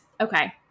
Okay